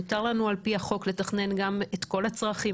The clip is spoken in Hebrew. מותר לנו על פי החוק לתכנן את כל הצרכים,